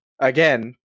again